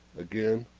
again,